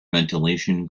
ventilation